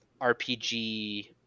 RPG